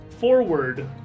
forward